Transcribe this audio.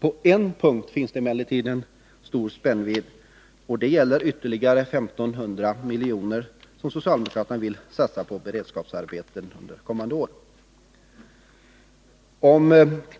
På en punkt finns emellertid stor spännvidd, och det gäller de ytterligare 1 500 milj.kr. som socialdemokraterna vill satsa på beredskapsarbeten under kommande år. På